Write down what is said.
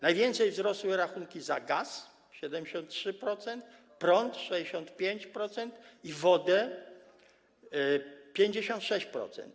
Najwięcej wzrosły rachunki za gaz - 73%, prąd - 65% i wodę - 56%.